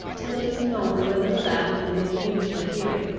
till it is known whether the lad is within reach of a hearing.